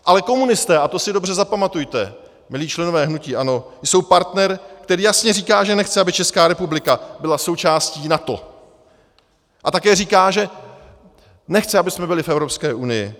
Ale komunisté, a to si dobře zapamatujte, milí členové hnutí ANO, jsou partner, který jasně říká, že nechce, aby Česká republika byla součástí NATO, a také říká, že nechce, abychom byli v Evropské unii.